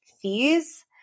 fees